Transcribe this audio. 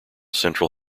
central